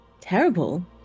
terrible